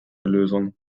lösung